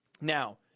Now